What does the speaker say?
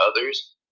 others